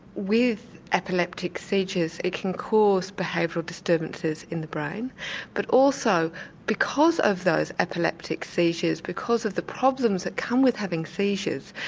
with epileptic seizures it can cause behavioural disturbances in the brain but also because of those epileptic seizures, because of the problems that come with having seizures,